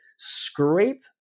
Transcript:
scrape